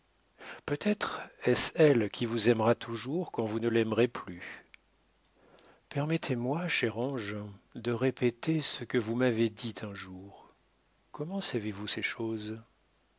peut-être est-ce elle qui vous aimera toujours quand vous ne l'aimerez plus permettez-moi cher ange de répéter ce que vous m'avez dit un jour comment savez-vous ces choses